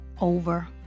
over